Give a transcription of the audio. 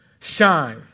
Shine